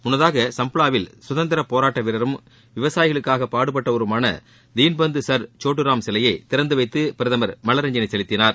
முன்னதாக சும்ளாவில் சுதந்திரப் போராட்ட வீரரும் விவசாயிகளுக்காக பாடுபட்டவருமான தீனபந்து சர் சோட்டுராம் சிலையை திறந்துவைத்து பிரதமர் மலரஞ்சலி செலுத்தினார்